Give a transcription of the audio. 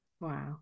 wow